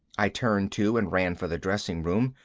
i turned too and ran for the dressing room,